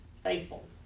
Faithful